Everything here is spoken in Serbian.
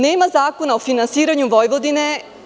Nema Zakona o finansiranju Vojvodine.